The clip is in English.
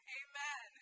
amen